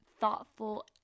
thoughtful